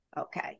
Okay